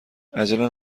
عجله